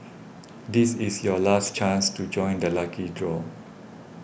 this is your last chance to join the lucky draw